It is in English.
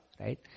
right